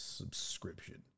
subscription